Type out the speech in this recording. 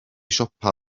siopa